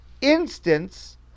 instance